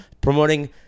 Promoting